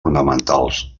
ornamentals